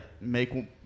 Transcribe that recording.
make